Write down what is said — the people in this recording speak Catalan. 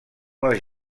les